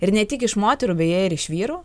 ir ne tik iš moterų beje ir iš vyrų